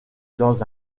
dans